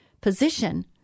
position